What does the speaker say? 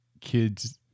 kids